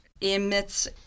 emits